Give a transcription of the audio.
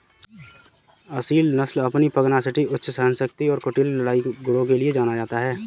असील नस्ल अपनी पगनासिटी उच्च सहनशक्ति और कुटिल लड़ाई गुणों के लिए जाना जाता है